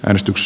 äänestys